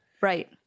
Right